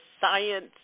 science